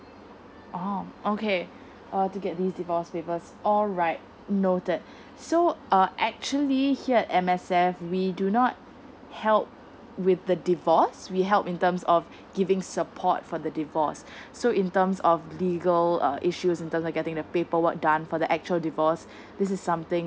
oh okay oh to get this divorce paper all right noted so uh actually here at M_S_F we do not help with the divorce we help in terms of giving support for the divorce so in terms of legal uh issues in terms like getting the paperwork done for the actual divorce this is something